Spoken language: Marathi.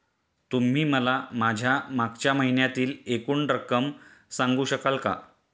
तुम्ही मला माझ्या मागच्या महिन्यातील एकूण रक्कम सांगू शकाल का?